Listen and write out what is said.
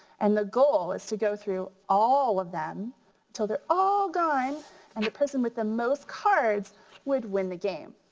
and the goal is to go through all of them until they're all gone and the person with the most cards would win the game.